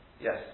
Yes